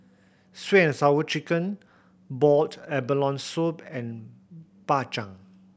Sweet And Sour Chicken boiled abalone soup and Bak Chang